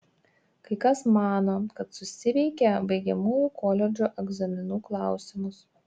kai kas mano kad susiveikė baigiamųjų koledžo egzaminų klausimus